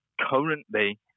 currently